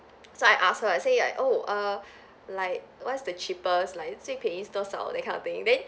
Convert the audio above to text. I asked her I say like oh err like what's the cheapest like 最便宜是多少 that kind of thing then